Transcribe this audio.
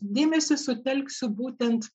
dėmesį sutelksiu būtent